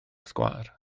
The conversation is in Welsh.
sgwâr